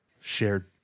shared